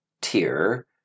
tier